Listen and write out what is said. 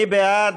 מי בעד?